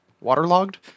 waterlogged